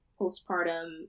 postpartum